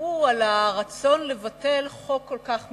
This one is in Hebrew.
התפלאו על הרצון לבטל חוק כל כך מתקדם,